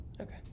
Okay